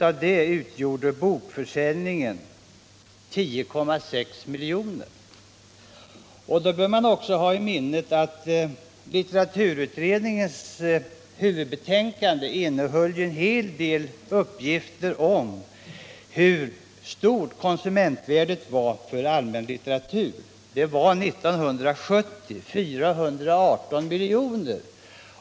Av det utgjorde bokförsäljningen 10,6 miljoner. Litteraturutredningens huvudbetänkande innehöll uppgifter om hur stort konsumentvärdet för allmänlitteratur var. 1970 var det 418 miljoner.